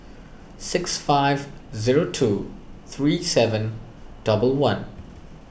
six five zero two three seven double one